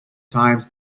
times